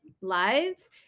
lives